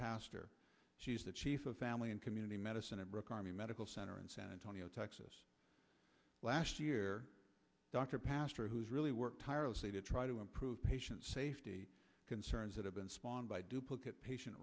pastor the chief of family and community medicine at brook army medical center in san antonio texas last year dr pastor who's really worked tirelessly to try to improve patient safety concerns that have been spawned by duplicate patient